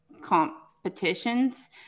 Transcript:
competitions